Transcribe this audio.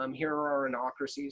um here are our anocracies